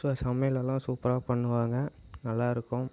so சமையலெல்லாம் சூப்பராக பண்ணுவாங்கள் நல்லா இருக்கும்